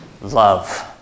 love